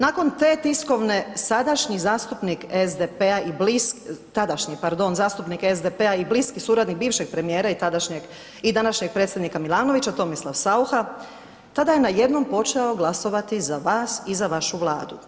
Nakon te tiskovne, sadašnji zastupnik SDP-a i bliski, tadašnji, pardon zastupnik SDP-a i bliski suradnik bivšeg premijera i tadašnjeg, i današnjeg predsjednika Milanovića, Tomislav Saucha, tada je najednom počeo glasovati za vas i za vašu Vladu.